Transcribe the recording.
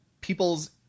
People's, –